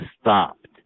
stopped